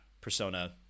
Persona